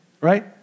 right